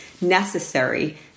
necessary